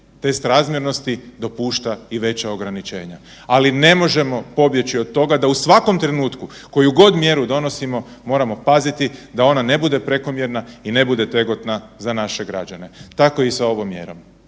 test razmjernosti dopušta i veća ograničenja, ali ne možemo pobjeći od toga da u svakom trenutku koju god mjeru donosimo moramo paziti da ne bude prekomjerna i ne bude otegotna za naše građane, tako i sa ovom mjerom.